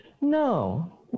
No